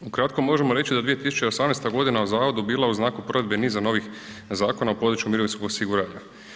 Ukratko možemo reći da je 2018.g. u zavodu bila u znaku provedbe niza novih zakona na području mirovinskog osiguranja.